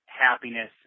happiness